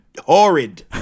horrid